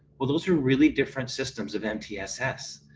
well, those are really different systems of mtss.